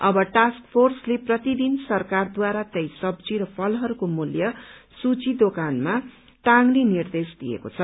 अब टास्क फोर्सले प्रतिदिन सरकारद्वारा तय सब्जी र फलहरूको मूल्य सूची दोकानमा टाँगने निर्देश दिएको छ